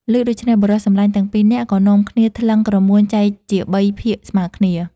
ឮដូច្នោះ បុរសសំឡាញ់ទាំងពីរនាក់ក៏នាំគ្នាថ្លឹងក្រមួនចែកជាបីភាគស្មើគ្នា។